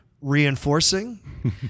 reinforcing